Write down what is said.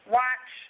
watch